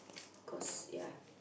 cause ya